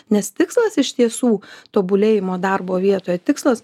nes tikslas iš tiesų tobulėjimo darbo vietoje tikslas